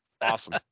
awesome